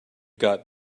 got